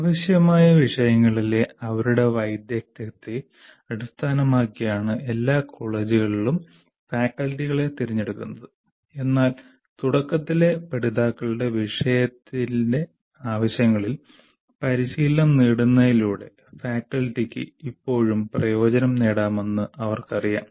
ആവശ്യമായ വിഷയങ്ങളിലെ അവരുടെ വൈദഗ്ധ്യത്തെ അടിസ്ഥാനമാക്കിയാണ് എല്ലാ കോളേജുകളിലും ഫാക്കൽറ്റികളെ തിരഞ്ഞെടുക്കുന്നത് എന്നാൽ തുടക്കത്തിലെ പഠിതാക്കളുടെ വിഷയ ആവശ്യങ്ങളിൽ പരിശീലനം നേടുന്നതിലൂടെ ഫാക്കൽറ്റിക്ക് ഇപ്പോഴും പ്രയോജനം നേടാമെന്ന് അവർക്കറിയാം